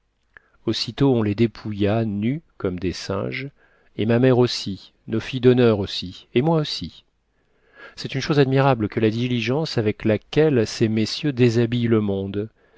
aussitôt on les dépouilla nus comme des singes et ma mère aussi nos filles d'honneur aussi et moi aussi c'est une chose admirable que la diligence avec laquelle ces messieurs déshabillent le monde